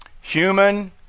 Human